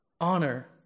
Honor